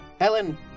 Helen